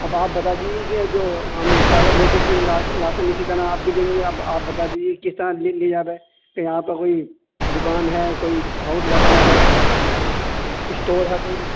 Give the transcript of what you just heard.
اب آپ بتا دیجیے کہ جو ہم پہلے لیتے تھے راشن اسی طرح اب بھی لیں گے یا آپ آپ بتا دیجیے کس طرح لیا جاتا ہے کہیں آپ کا کوئی دکان ہے کوئی ہاؤس وغیرہ ہے اسٹور ہے کوئی